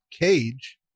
cage